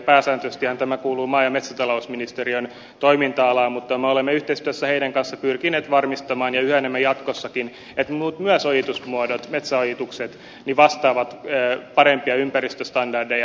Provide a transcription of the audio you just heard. pääsääntöisestihän tämä kuuluu maa ja metsätalousministeriön toiminta alaan mutta me olemme yhteistyössä heidän kanssaan pyrkineet varmistamaan ja yhä enemmän jatkossakin että myös metsäojitusmuodot vastaavat parempia ympäristöstandardeja